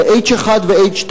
זהH1 ו-2H.